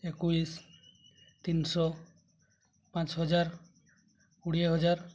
ଏକୋଇଶ ତିନିଶହ ପାଞ୍ଚହଜାର କୋଡ଼ିଏ ହଜାର